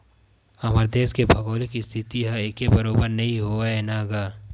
हमर देस के भउगोलिक इस्थिति ह एके बरोबर नइ हवय न गा